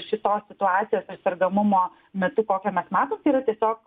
šitos situacijos ar sergamumo metu kokią mes matom tai yra tiesiog